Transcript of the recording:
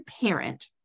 parent